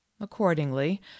accordingly